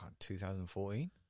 2014